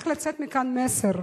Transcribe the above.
צריך לצאת מכאן מסר,